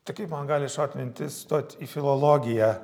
tai kaip man gali šaut mintis stoti į filologiją